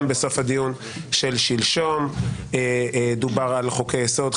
גם בסוף הדיון של שלשום דובר על חוקי יסוד.